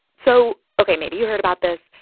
so ok, maybe you heard about this.